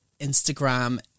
Instagram